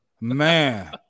Man